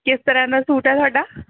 ਕਿਸ ਤਰ੍ਹਾਂ ਦਾ ਸੂਟ ਹੈ ਤੁਹਾਡਾ